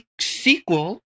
sequel